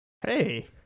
Hey